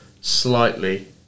slightly